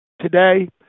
today